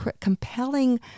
compelling